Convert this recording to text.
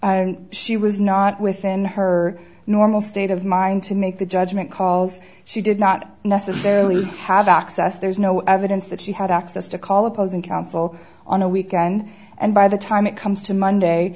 t she was not within her normal state of mind to make the judgement calls she did not necessarily have access there's no evidence that she had access to call opposing counsel on a weekend and by the time it comes to